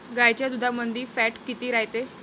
गाईच्या दुधामंदी फॅट किती रायते?